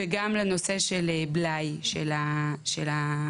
וגם לנושא של בלאי של המשאבה.